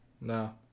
No